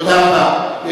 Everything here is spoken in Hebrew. תודה רבה.